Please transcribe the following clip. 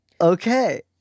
Okay